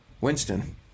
Winston